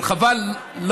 חבל,